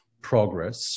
progress